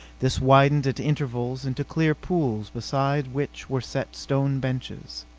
this widened at intervals into clear pools beside which were set stone benches.